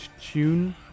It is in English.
tune